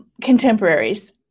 contemporaries